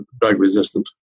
drug-resistant